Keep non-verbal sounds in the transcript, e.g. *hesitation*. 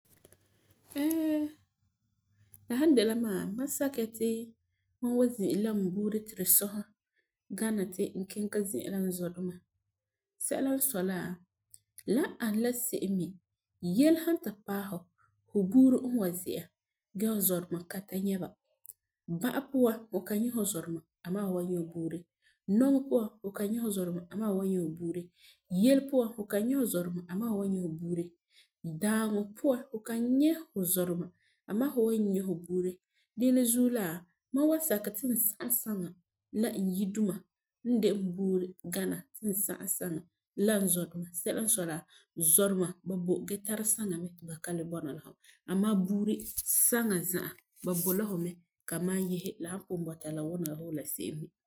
*hesitation* la san dɛna la mam, mam sakɛ ya ti mam wan zi'ire la n buuri ti tu sɔsɛ gana ti n kiŋɛ ka zi'a la n zɔduma, sɛla n sɔi la, la ana la se'em me, yele san ta paɛ fu, fu buuri n wan zi'a gee fu zɔduma, fu kan nyɛ ba bã'a puan, fu kan nyɛ fu zɔduma amaa fu wan nyɛ buuri, nɔŋɔ puan fu kan nyɛ fu zɔduma gee fu wan nyɛ buuri, yele puan fu kan nyɛ fu zɔduma amaa fu wan nyɛ fu buuri, dãaŋɔ puan fu kan nyɛ fu zɔduma amaa fu wan nyɛ fu buuri, dinɛ zuo la, mam wan sakɛ ti n sagum saŋa la n yire duma n de n buuri gana n sagum saŋa la n zɔduma sɛla n sɔi la zɔduma ba boi gee tara saŋa mɛ ti ba kan le bɔna amaa buuri saŋa za'a ba boi la fu mɛ ka magelum yese la san pugum bɔta la ana la se'em me.